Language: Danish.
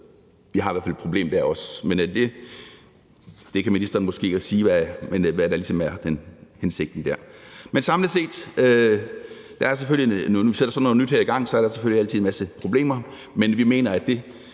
vi har i hvert fald et problem der også. Men ministeren kan måske ligesom sige, hvad der er hensigten der. Når vi sætter sådan noget nyt her i gang, er der selvfølgelig altid en masse problemer, men vi mener, at det